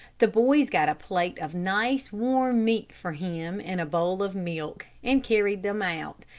the boys got a plate of nice, warm meat for him and a bowl of milk, and carried them out,